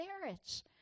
marriage